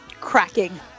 cracking